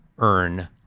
earn